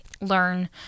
learn